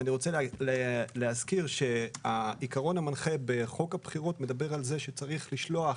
אני רוצה להזכיר שהעיקרון המנחה בחוק הבחירות מדבר על כך שצריך לשייך